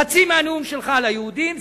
חצי מהנאום שלך על היהודים,